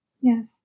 Yes